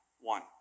one